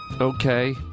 Okay